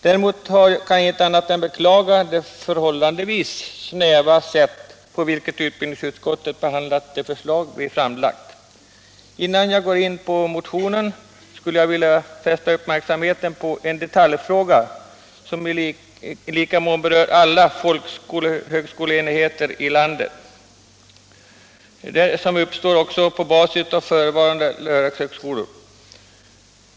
Däremot kan jag inte annat än beklaga det förhållandevis snäva sätt på vilket utbildningsutskottet behandlat de förslag som vi framlagt. Innan jag något går in på motionen skulle jag emellertid vilja fästa uppmärksamheten på en detaljfråga som i lika mån berör alla de högskoleenheter som uppstår huvudsakligen på basis av förutvarande lärarhögskolor.